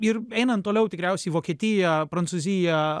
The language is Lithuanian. ir einant toliau tikriausiai vokietiją prancūziją